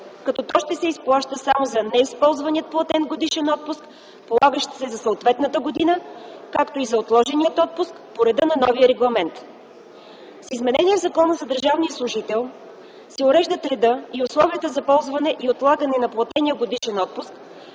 като то ще се изплаща само за неизползвания платен годишен отпуск, полагащ се за съответната година, както и за отложения отпуск по реда на новия регламент. С изменения в Закона за държавния служител се уреждат реда и условията за ползване и отлагане на платения годишен отпуск,